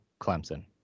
Clemson